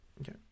okay